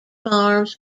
farms